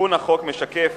תיקון החוק משקף